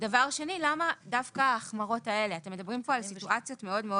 את הנכה, לעניין סימן זה